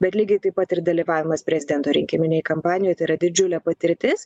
bet lygiai taip pat ir dalyvavimas prezidento rinkiminėj kampanijoj tai yra didžiulė patirtis